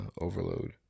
overload